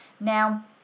Now